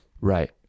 Right